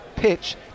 pitch